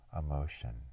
emotion